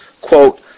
quote